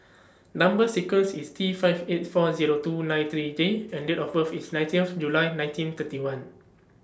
Number sequence IS T five eight four Zero two nine three J and Date of birth IS nineteenth July nineteen thirty one